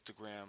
Instagram